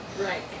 Right